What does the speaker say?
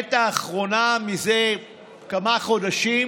ובעת האחרונה, מזה כמה חודשים,